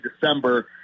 December